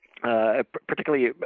Particularly